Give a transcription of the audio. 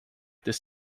this